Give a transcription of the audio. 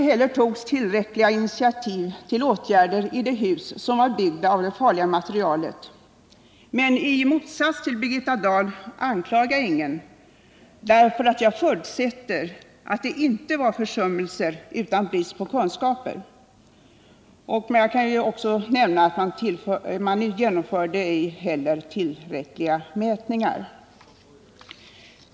Tillräckliga initiativ togs inte heller till åtgärder i de hus som var byggda av det farliga materialet. Men i motsats till Birgitta Dahl anklagar jag ingen, eftersom jag förutsätter att det inte var försummelser, utan brist på kunskaper som låg bakom dessa förhållanden. Jag kan nämna att man ej heller utförde tillräckliga mätningar.